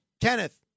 Kenneth